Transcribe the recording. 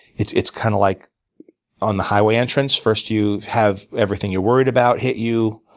it's it's kind of like on the highway entrance. first you have everything you're worried about hit you.